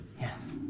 Yes